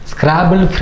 Scrabble